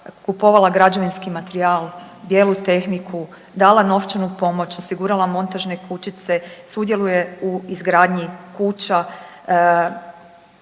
kupovala građevinski materijal, bijelu tehniku, dala novčanu pomoć, osigurala montažne kućice, sudjeluje u izgradnji kuća.